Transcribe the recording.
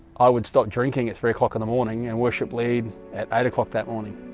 i would stop drinking at three o'clock in the morning and worship lead at eight o'clock that morning?